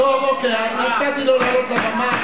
כפי שהובאה על-ידי סגן היושב-ראש מקלב,